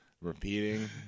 Repeating